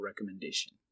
recommendation